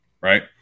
right